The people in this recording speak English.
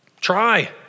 Try